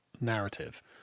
narrative